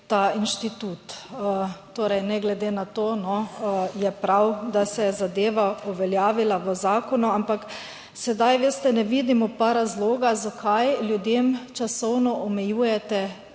ta inštitut. Torej, ne glede na to je prav, da se je zadeva uveljavila v zakonu. Ampak sedaj, veste, ne vidim pa razloga zakaj ljudem časovno omejujete